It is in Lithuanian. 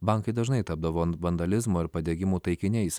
bankai dažnai tapdavo vandalizmo ir padegimų taikiniais